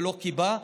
ולא כיבו,